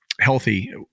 healthy